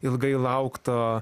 ilgai lauktą